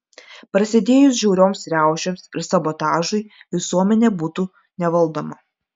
prasidėjus žiaurioms riaušėms ir sabotažui visuomenė būtų nevaldoma